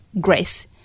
grace